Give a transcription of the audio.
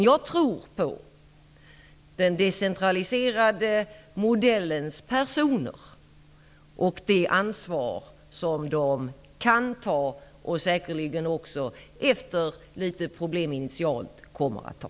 Jag tror på den decentraliserade modellens personer och det ansvar som dessa kan ta och säkerligen också, efter litet problem initialt, kommer att ta.